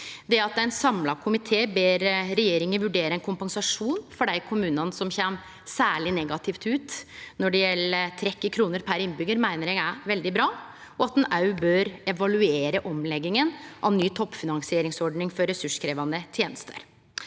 Det at ein samla komité ber regjeringa vurdere ein kompensasjon for dei kommunane som kjem særleg negativt ut når det gjeld trekk i kroner per innbyggjar, meiner eg er veldig bra, og at ein òg bør evaluere omlegginga av ny toppfinansieringsordning for ressurskrevjande tenester.